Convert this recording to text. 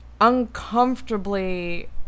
uncomfortably